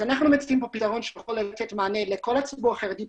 אנחנו מציעים פתרון שיכול לתת מענה לכל הציבור החרדי בארץ,